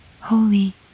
holy